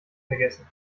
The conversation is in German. vergessen